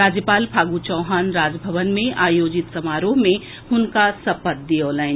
राज्यपाल फागू चौहान राजभवन मे आयोजित समारोह मे हुनका सपत दियौलनि